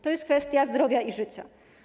To jest kwestia zdrowia i życia.